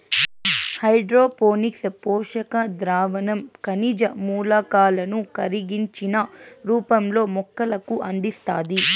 hydroponics పోషక ద్రావణం ఖనిజ మూలకాలను కరిగించిన రూపంలో మొక్కలకు అందిస్తాది